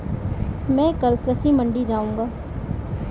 मैं कल कृषि मंडी जाऊँगा